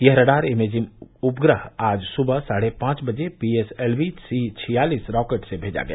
यह radar imaging उपग्रह आज सुबह साढ़े पांच बजे पीएसएलवी सी छियालिस रॉकेट से भेजा गया